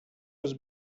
was